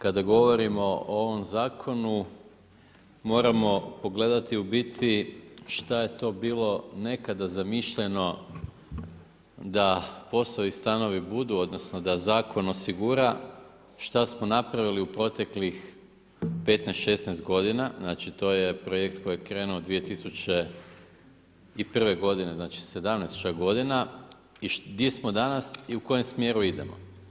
Kada govorimo o ovom zakonu moramo pogledati u biti šta je to bilo nekada zamišljeno da POS-ovi stanovi budu, odnosno da zakon osigura šta smo napravili u proteklih 15, 16 godina, znači to je projekt koji je krenuo 2001. godine, znači 17 čak godina, gdje smo danas i u kojem smjeru idemo.